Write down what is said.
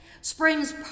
springs